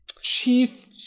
Chief